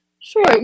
Sure